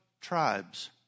tribes